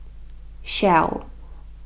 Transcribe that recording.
shell